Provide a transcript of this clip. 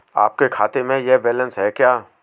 आपके खाते में यह बैलेंस है क्या?